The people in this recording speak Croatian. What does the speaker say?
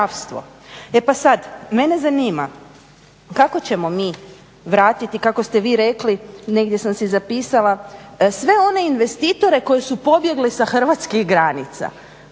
E pa sada mene zanima kako ćemo mi vratiti kako ste vi rekli negdje sam si zapisala sve one investitore koji su pobjegli sa hrvatskih granica.